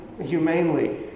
humanely